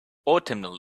autumnal